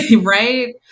right